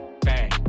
bang